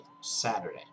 Saturday